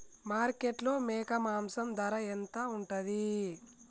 మార్కెట్లో మేక మాంసం ధర ఎంత ఉంటది?